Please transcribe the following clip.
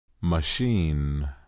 machine